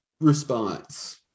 response